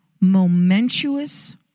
momentous